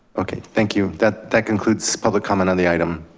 okay, thank you that that concludes public comment on the item.